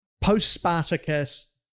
post-Spartacus